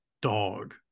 dog